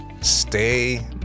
Stay